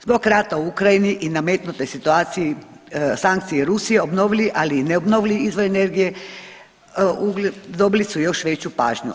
Zbog rata u Ukrajini i nametnute situacije i sankcije Rusiji obnovljivi, ali i ne obnovljivi izvor energije dobili su još veću pažnju.